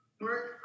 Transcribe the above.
Work